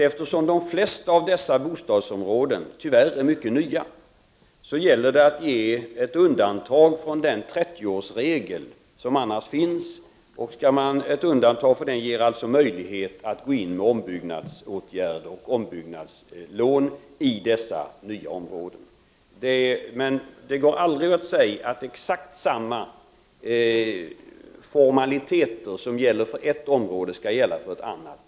Eftersom de flesta av dessa bostadsområden tyvärr är mycket nya, gäller det att göra ett undantag från den 30-årsregel som annars tillämpas. Ett undantag ger alltså möjlighet att gå in med ombyggnadsåtgärder och ombyggnadslån, men man kan aldrig säga att exakt samma formaliteter som gäller för ett område också skall gälla för ett annat.